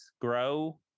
grow